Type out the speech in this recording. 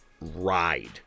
ride